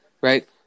right